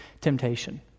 temptation